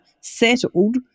settled